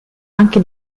anche